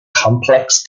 complex